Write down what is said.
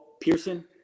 Pearson